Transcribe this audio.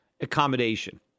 accommodation